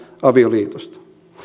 avioliitosta